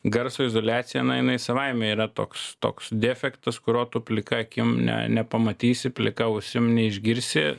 garso izoliacija na jinai savaime yra toks toks defektas kurio tu plika akim ne nepamatysi plika ausim neišgirsi